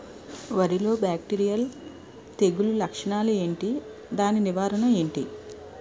వరి లో బ్యాక్టీరియల్ తెగులు లక్షణాలు ఏంటి? దాని నివారణ ఏంటి?